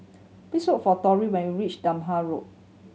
please look for Torie when you reach Durham Road